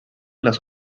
las